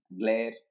glare